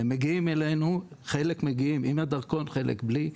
הם מגיעים אלינו, חלק מגיעים עם הדרכון וחלק בלי.